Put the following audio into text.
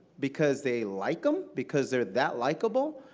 because they like them? because they're that likable.